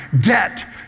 debt